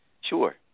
Sure